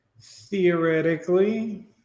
theoretically